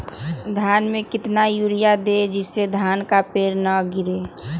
धान में कितना यूरिया दे जिससे धान का पेड़ ना गिरे?